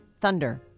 Thunder